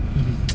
mmhmm